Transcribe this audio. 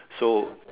so